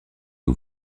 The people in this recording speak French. que